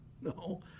no